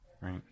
right